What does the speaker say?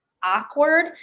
awkward